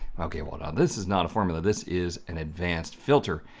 ok, well now this is not a formula, this is an advanced filter,